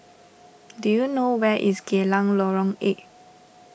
do you know where is Geylang Lorong eight